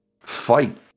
fight